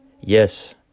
Yes